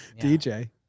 DJ